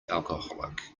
alcoholic